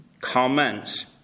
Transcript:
comments